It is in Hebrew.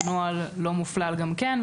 שהנוהל לא מופלל גם כן.